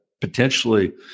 potentially